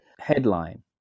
headline